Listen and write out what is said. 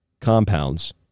compounds